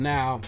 Now